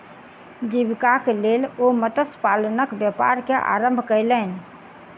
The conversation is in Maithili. जीवीकाक लेल ओ मत्स्य पालनक व्यापार के आरम्भ केलैन